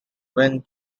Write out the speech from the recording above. when